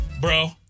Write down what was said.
bro